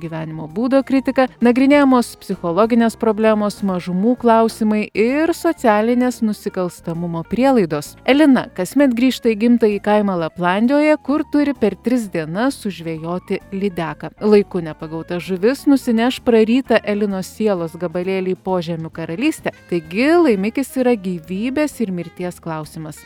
gyvenimo būdo kritika nagrinėjamos psichologinės problemos mažumų klausimai ir socialinės nusikalstamumo prielaidos elina kasmet grįžta į gimtąjį kaimą laplandijoje kur turi per tris dienas sužvejoti lydeką laiku nepagauta žuvis nusineš prarytą elinos sielos gabalėlį į požemių karalystę taigi laimikis yra gyvybės ir mirties klausimas